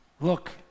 Look